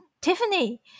Tiffany